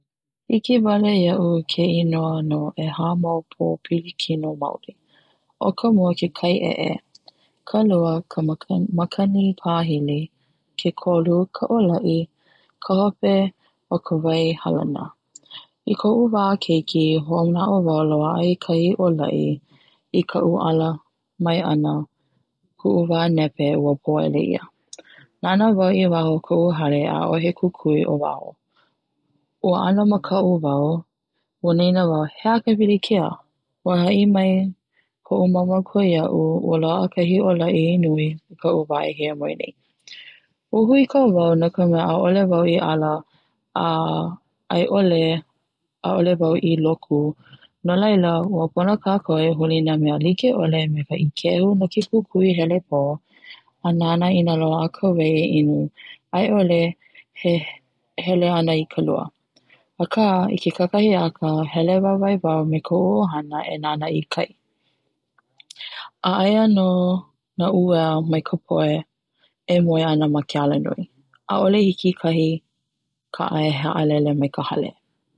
Hiki wale iaʻu ke inoa no 'ehā mau popilikino maoli. o ka mua ke kaiʻeʻe ka lua ka makani pahili ke kolu ka ʻōlaʻi ka hope o ka wai halana. I koʻu wā keiki, hoʻomanaʻo wau loaʻa i kahi ʻolaʻi, i kaʻu ala mai ʻana kuʻu wā nepe ua pōʻele ia. Nānā wau i waho o koʻu hale ʻaʻohe kukui ʻo waho. Ua ʻano makaʻu wau ua ninau wau, "he aha ka pilikia?" ua haʻi mai koʻu mau mākua iaʻu ua loaʻa kahi ʻolaʻi nui i kaʻu wā e hiamoe nei. Ua huikau wau no ka mea ʻaʻole wau i ala a a iʻole ʻaʻole wau i loku, no laila, ua pono kākou e huli i nā mea likeʻole me ka ikehu no ke kukuihelepō, a nana ina loaʻa i ka wai e ʻinu a iʻole he e hele ʻana i ka lua, akā i ke kakahiaka hele wawae wau me koʻu ʻohana e nana i kai. A aia no na uʻea mai ka poʻe e moe ana ma ke alanui ʻaʻole i hiki kahi kaʻa e haʻalele mai ka hale.